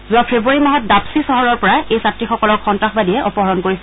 যোৱা ফেৰুৱাৰী মাহত দাপ্টী চহৰৰ পৰা এই ছাত্ৰীসকলক সন্ত্ৰাসবাদীয়ে অপহৰণ কৰিছিল